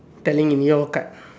telling in your card